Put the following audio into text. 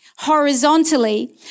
horizontally